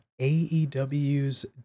AEW's